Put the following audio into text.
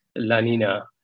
Lanina